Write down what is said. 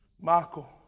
Michael